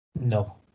No